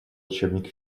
учебник